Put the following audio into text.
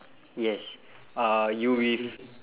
yes uh you with